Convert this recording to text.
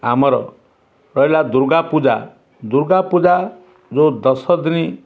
ଆମର ରହିଲା ଦୁର୍ଗା ପୂଜା ଦୁର୍ଗା ପୂଜା ଯେଉଁ ଦଶ ଦିନ